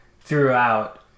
throughout